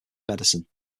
medicine